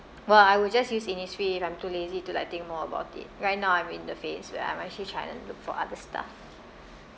while I will just use Innisfree if I'm too lazy to like think more about it right now I'm in the phase where I'm actually trying to look for other stuff